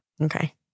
Okay